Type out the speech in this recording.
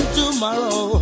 tomorrow